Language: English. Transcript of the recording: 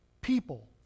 people